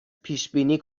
پیشبینی